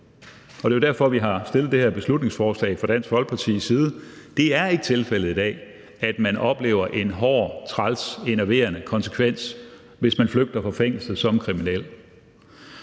Folkepartis side har fremsat det her beslutningsforslag. Det er ikke tilfældet i dag, at man oplever en hård, træls, enerverende konsekvens, hvis man flygter fra fængslet som kriminel.